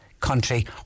country